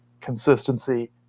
consistency